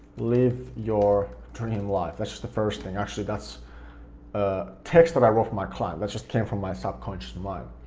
live your dream life? that's just the first thing, actually that's ah text that i wrote for my client, that just came from my subconscious mind.